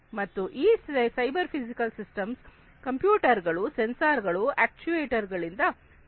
ಮತ್ತು ಈ cyber physical system computer ಗಳು ಸೆನ್ಸಾರ್ಗಳು ಅಕ್ಚುಯೆಟರ್ಸ್ ಗಳಿಂದ ಸಜ್ಜುಗೊಂಡಿದೆ